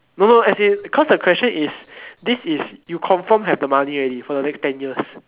no no as in cause the question is this is you confirm have the money already for the next ten years